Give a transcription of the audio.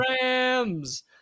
Rams